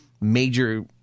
major